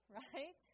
right